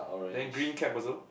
then green cap also